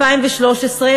התשע"ג 2013,